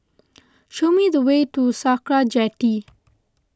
show me the way to Sakra Jetty